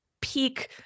peak